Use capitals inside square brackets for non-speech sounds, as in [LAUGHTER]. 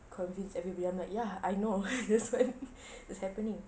convince everybody I'm like ya I know [LAUGHS] that's what is happening